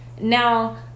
Now